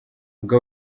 ubwo